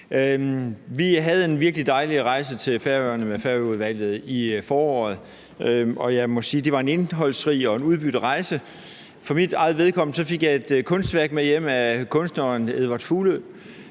Vi havde en virkelig dejlig rejse til Færøerne med Færøudvalget i foråret, og jeg må sige, det var en indholdsrig og udbytterig rejse. For mit eget vedkommende fik jeg et kunstværk med hjem af kunstneren Edward Fuglø,